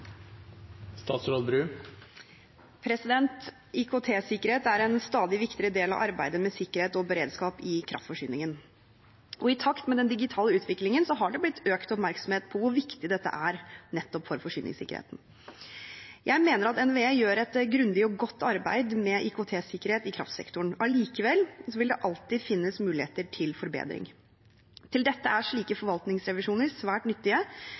en stadig viktigere del av arbeidet med sikkerhet og beredskap i kraftforsyningen. I takt med den digitale utviklingen har det blitt økt oppmerksomhet på hvor viktig dette er nettopp for forsyningssikkerheten. Jeg mener at NVE gjør et grundig og godt arbeid med IKT-sikkerhet i kraftsektoren. Allikevel vil det alltid finnes muligheter for forbedring. Til dette er slike forvaltningsrevisjoner svært nyttige,